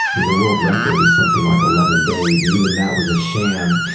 the world record is something like eleven days, and even that was a sham.